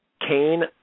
Kane